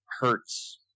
hurts